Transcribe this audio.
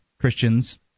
Christians